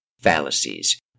fallacies